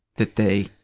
that they.